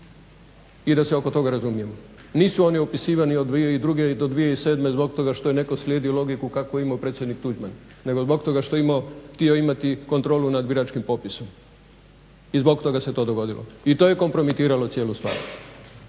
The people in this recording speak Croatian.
I da se oko toga razumijemo. Nisu oni upisivani od 2002. do 2007. zbog toga što je netko slijedio logiku kakvu je imao predsjednik Tuđman nego zbog toga što je htio imati kontrolu nad biračkim popisom i zbog toga se to dogodilo i to je kompromitiralo cijelu stvar.